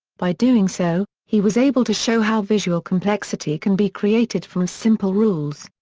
by doing so, he was able to show how visual complexity can be created from simple rules.